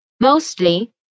mostly